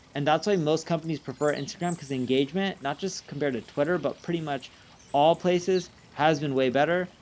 and that's why most companies prefer instagram because engagement, not just compared to twitter, but pretty much all places has been way better.